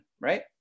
right